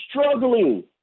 struggling